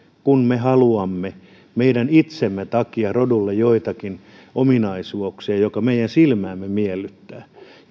kun me haluamme meidän itsemme takia rodulle joitakin ominaisuuksia jotka meidän silmäämme miellyttää